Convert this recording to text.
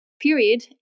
period